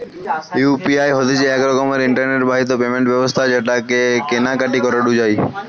UPI হতিছে এক রকমের ইন্টারনেট বাহিত পেমেন্ট ব্যবস্থা যেটাকে কেনা কাটি করাঢু যায়